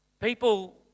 people